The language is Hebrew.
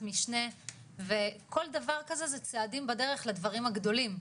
משנה וכל דבר כזה זה צעדים בדרך לדברים הגדולים.